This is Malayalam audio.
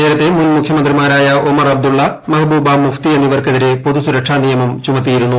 നേരത്തെ മുൻ മുഖ്യമന്ത്രിമാരായ ഒമർ അബ്ദ്ദുള്ള മെഹ്ബൂബാ മുഫ്തി എന്നിവർക്കെതിരെ പൊതുസുരക്ഷാ നിയമം ചുമത്തിയിരുന്നു